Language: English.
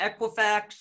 Equifax